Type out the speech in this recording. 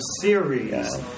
series